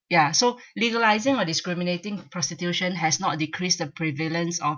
ya so legalising or discriminating prostitution has not decreased the prevalence of